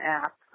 app